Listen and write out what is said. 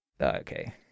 Okay